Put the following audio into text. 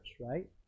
right